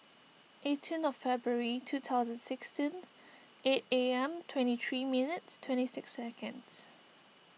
eighteen of February two thousand sixteen eight A M twenty three minutes twenty six seconds